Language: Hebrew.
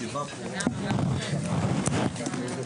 הישיבה ננעלה בשעה 13:57.